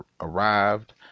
arrived